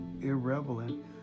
irrelevant